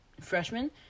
freshman